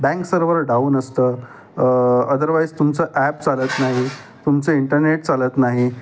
bank server down असतं otherwise तुमचं app चालत नाही तुमचं इंटरनेट चालत नाही